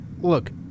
Look